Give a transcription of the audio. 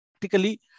practically